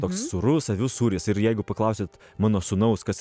toks sūrus avių sūris ir jeigu paklausit mano sūnaus kas